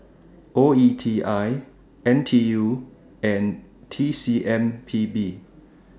O E T I N T U and T C M P B